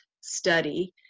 study